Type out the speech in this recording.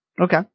Okay